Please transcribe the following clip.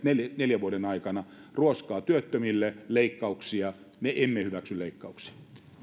neljän vuoden aikana ruoskaa työttömille leikkauksia me emme hyväksy leikkauksia